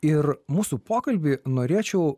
ir mūsų pokalbį norėčiau